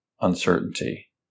uncertainty